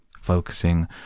focusing